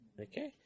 Okay